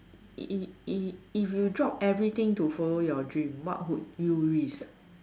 if if if you drop everything to follow your dream what would you risk